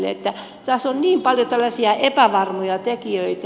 tässä on niin paljon tällaisia epävarmoja tekijöitä